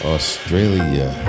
Australia